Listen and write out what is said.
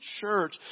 church